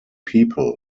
people